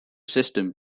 system